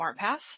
SmartPath